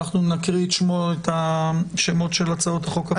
אנחנו נקרא את השמות של הצעות החוק הפרטיות.